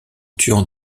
tuant